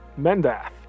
Mendath